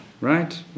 Right